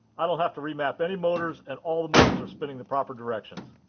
i don't have to remap any motors and all the motors are spinning the proper directions.